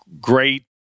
great